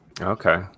Okay